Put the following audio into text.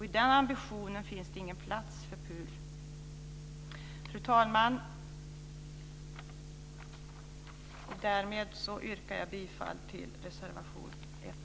I den ambitionen finns det ingen plats för Fru talman! Därmed yrkar jag bifall till reservation 1.